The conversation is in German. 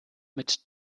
mit